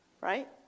Right